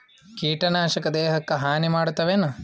ಕೀಟನಾಶಕ ದೇಹಕ್ಕ ಹಾನಿ ಮಾಡತವೇನು?